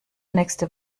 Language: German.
nächste